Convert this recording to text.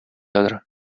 other